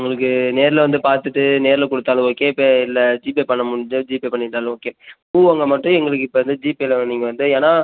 உங்களுக்கு நேரில் வந்து பார்த்துட்டு நேரில் கொடுத்தாலும் ஓகே இப்போ இல்லை ஜிபே பண்ணிண முடிஞ்சால் ஜிபே பண்ணி விட்டாலும் ஓகே பூ வாங்க மட்டும் எங்களுக்கு இப்போ வந்து ஜிபேயில் நீங்கள் வந்து ஏன்னால்